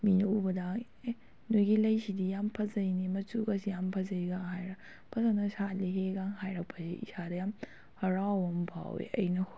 ꯃꯤꯅ ꯎꯕꯗ ꯑꯦ ꯅꯣꯏꯒꯤ ꯂꯩꯁꯤꯗꯤ ꯌꯥꯝ ꯐꯖꯩꯅꯦ ꯃꯆꯨꯒꯥꯁꯤ ꯌꯥꯝ ꯐꯖꯩꯒ ꯍꯥꯏꯔꯒ ꯐꯖꯅ ꯁꯥꯠꯂꯤꯍꯦꯒ ꯍꯥꯏꯔꯛꯄꯁꯤ ꯏꯁꯥꯗ ꯌꯥꯝ ꯍꯔꯥꯎꯕ ꯑꯃ ꯐꯥꯎꯋꯦ ꯑꯩꯅ